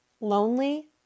lonely